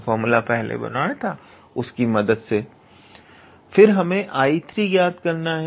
फिर हमें 𝐼3 ज्ञात करना है